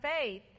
faith